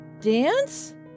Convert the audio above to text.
Dance